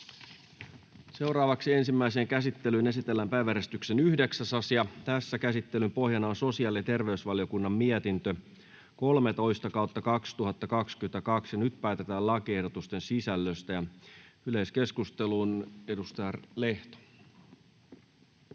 koiraa. Ensimmäiseen käsittelyyn esitellään päiväjärjestyksen 9. asia. Käsittelyn pohjana on sosiaali- ja terveysvaliokunnan mietintö StVM 13/2022 vp. Nyt päätetään lakiehdotusten sisällöstä. — Yleiskeskusteluun, edustaja Lehto.